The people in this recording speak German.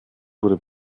wurde